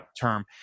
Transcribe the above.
term